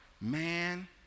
man